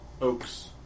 Oaks